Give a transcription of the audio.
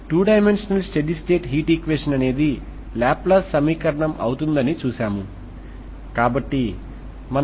ఈ రోజు మనం రెండు చివరలను ఇన్సులేట్ చేసినప్పుడు రాడ్ లో ఉష్ణోగ్రతను ఎలా కనుగొనాలో చూద్దాం